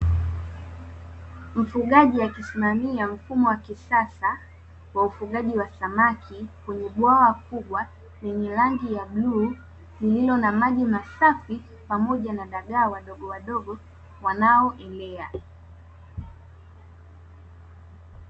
Mfugaji akisimamia mfumo wa kisasa, wa ufugaji wa samaki kwenye bwawa kubwa lenye rangi ya bluu, lililo na maji masafi pamoja na dagaa wadogowadogo wanaoelea.